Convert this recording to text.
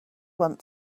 want